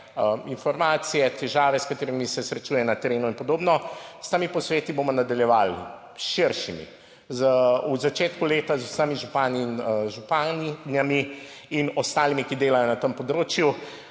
informacije, težave, s katerimi se srečuje na terenu in podobno. S temi posveti bomo nadaljevali, s širšimi, v začetku leta z vsemi župani in županjami in ostalimi, ki delajo na tem področju.